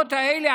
שהמקומות האלה,